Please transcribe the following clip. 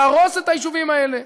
להרוס את היישובים האלה.